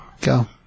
Go